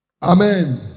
Amen